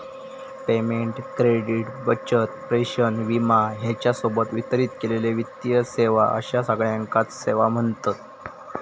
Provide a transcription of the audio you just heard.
payment, credit, बचत, प्रेषण, विमा ह्येच्या सोबत वितरित केलेले वित्तीय सेवा अश्या सगळ्याकांच सेवा म्ह्णतत